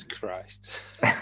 Christ